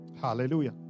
Hallelujah